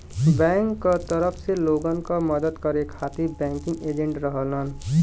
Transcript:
bank क तरफ से लोगन क मदद करे खातिर बैंकिंग एजेंट रहलन